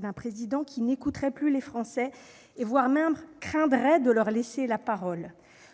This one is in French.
d'un président qui n'écouterait plus les Français, et craindrait même de leur laisser la parole.